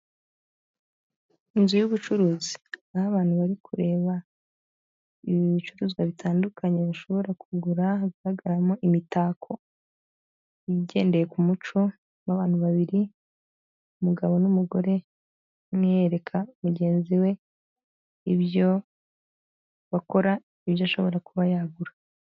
Inzu y'ubucuruzi aho abantu bari kureba ibicuruzwa bitandukanye ,bashobora kugura ahagaragaramo imitako igendeye ku muco w'abantu babiri ,umugabo n'umugore umwe yereka mugenzi we ibyo bakora ibyo ashobora kuba yagura.